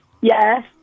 Yes